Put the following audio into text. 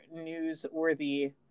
newsworthy